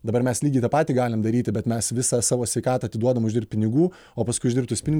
dabar mes lygiai tą patį galim daryti bet mes visą savo sveikatą atiduodam uždirbt pinigų o paskui uždirbtus pinigus